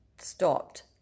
stopped